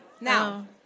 Now